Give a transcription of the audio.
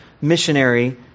missionary